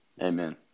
Amen